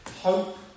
hope